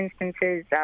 instances